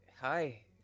Hi